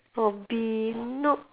hobby nope